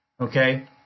okay